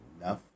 enough